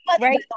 right